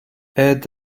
add